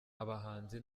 abahanzi